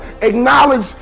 acknowledge